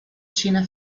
china